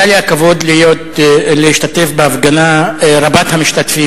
היה לי הכבוד להשתתף בהפגנה רבת משתתפים,